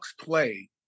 play